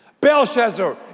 Belshazzar